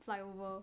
flyover